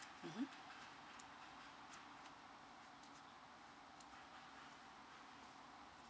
mmhmm